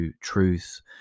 truth